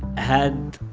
had